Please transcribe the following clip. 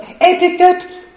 Etiquette